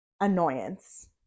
annoyance